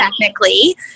technically